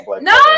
No